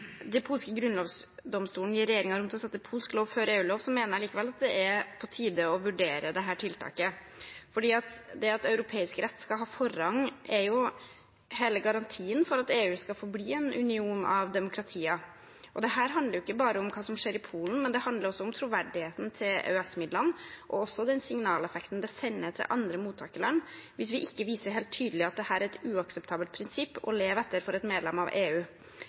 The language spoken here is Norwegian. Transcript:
grunnlovsdomstolen gir regjeringen rom til å sette polsk lov før EU-lov, mener jeg likevel at det er på tide å vurdere dette tiltaket. Det at europeisk rett skal ha forrang, er hele garantien for at EU skal forbli en union av demokratier. Dette handler ikke bare om hva som skjer i Polen, det handler også om troverdigheten til EØS-midlene og det signalet det sender til andre mottakerland hvis vi ikke viser helt tydelig at dette er et uakseptabelt prinsipp å leve etter for et medlem av EU.